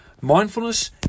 Mindfulness